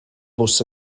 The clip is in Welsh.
bws